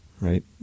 right